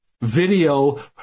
video